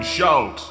Shout